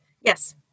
Yes